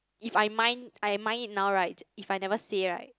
if I mind I mind it now right if I never say right